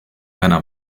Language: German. einer